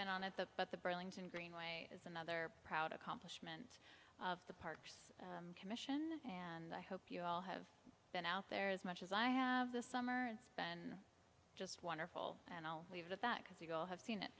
been on at the but the burlington greenway is another proud accomplishment of the parks commission and i hope you all have been out there as much as i have this summer and it's been just wonderful and i'll leave it at that because you all have seen it